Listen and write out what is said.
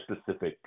specific